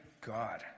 god